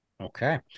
Okay